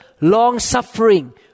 long-suffering